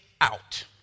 out